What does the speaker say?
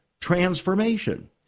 transformation